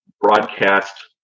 broadcast